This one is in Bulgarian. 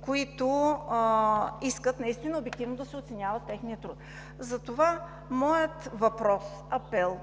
които искат наистина обективно да се оценява техният труд. Затова моят въпрос, апел